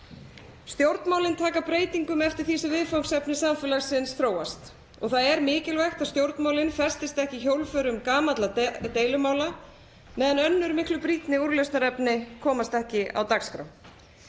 Stjórnmálin taka breytingum eftir því sem viðfangsefni samfélagsins þróast og það er mikilvægt að stjórnmálin festist ekki í hjólförum gamalla deilumála meðan önnur miklu brýnni úrlausnarefni komast ekki á dagskrá.